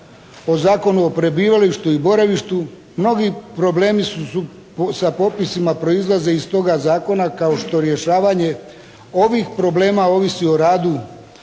o Zakonu o prebivalištu i boravištu. Mnogi problemi sa popisima proizlaze iz toga zakona kao što rješavanje ovih problema ovisi o radu